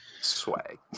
Swag